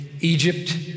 Egypt